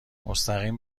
مستقیم